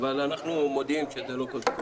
אבל אנחנו מודים שזאת לא קונספירציה.